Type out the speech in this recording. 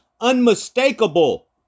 unmistakable